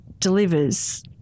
Delivers